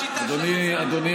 בשיטה, אדוני